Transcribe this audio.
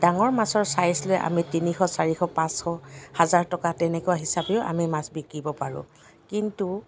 ডাঙৰ মাছৰ ছাইজ লৈ আমি তিনিশ চাৰিশ পাঁচশ হাজাৰ টকা তেনেকুৱা হিচাপেও আমি মাছ বিকিব পাৰোঁ কিন্তু